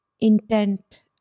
intent